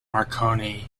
marconi